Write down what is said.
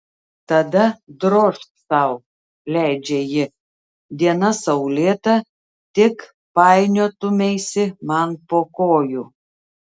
tada drožk sau leidžia ji diena saulėta tik painiotumeisi man po kojų